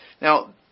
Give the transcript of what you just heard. Now